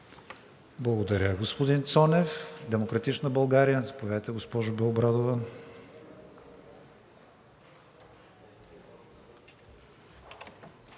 Благодаря, господин Цонев. От „Демократична България“? Заповядайте, госпожо Белобрадова.